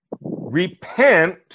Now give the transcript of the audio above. Repent